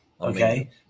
Okay